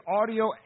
audio